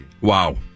Wow